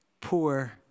poor